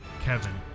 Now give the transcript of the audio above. Kevin